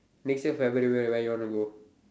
next year February where where you wanna go